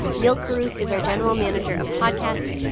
neal carruth is our general manager of podcasts.